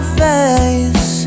face